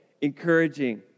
encouraging